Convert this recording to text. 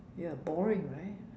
ya boring right